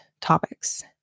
topics